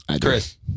Chris